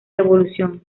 revolución